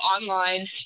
online